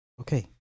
Okay